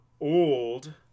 old